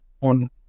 on